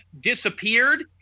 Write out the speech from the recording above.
disappeared